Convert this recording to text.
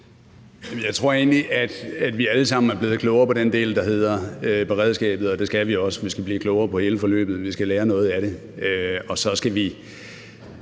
Jeg tror egentlig, at vi alle sammen er blevet klogere på den del, der hedder beredskab, og det skal vi også. Vi skal blive klogere på hele forløbet, vi skal lære noget af det, og så skal vi